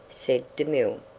said demille.